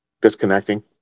disconnecting